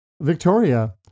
Victoria